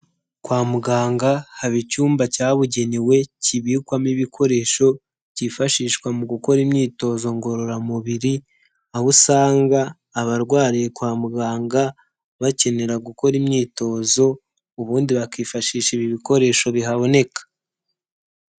Kwa muganga haba icyumba cyabugenewe kibikwamo ibikoresho byifashishwa mu gukora imyitozo ngororamubiri, aho usanga abarwariye kwa muganga bakenera gukora imyitozo, ubundi bakifashisha ibi bikoresho bihaboneka.